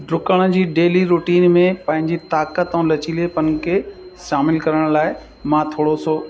ड्रुकण जी daily routine में पंहिंजी ताक़त ऐं लचीलेपन खे शामिल करण लाइ मां थोरो सो